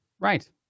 Right